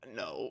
no